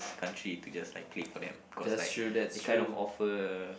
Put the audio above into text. country to just like play for them cause like they kind of offer